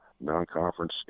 non-conference